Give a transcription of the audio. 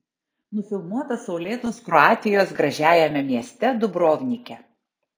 nufilmuota saulėtos kroatijos gražiajame mieste dubrovnike